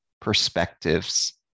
perspectives